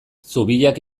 zubiak